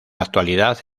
actualidad